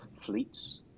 fleets